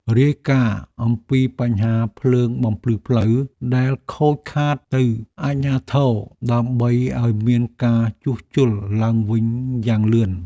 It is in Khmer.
រាយការណ៍អំពីបញ្ហាភ្លើងបំភ្លឺផ្លូវ ដែលខូចខាតទៅអាជ្ញាធរដើម្បីឱ្យមានការជួសជុលឡើងវិញយ៉ាងលឿន។